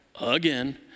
Again